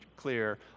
clear